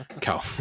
cow